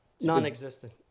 Non-existent